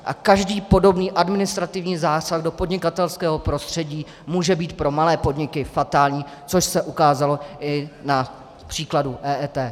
A každý podobný administrativní zásah do podnikatelského prostředí může být pro malé podniky fatální, což se ukázalo i na příkladu EET.